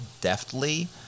deftly